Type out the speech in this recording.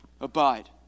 Abide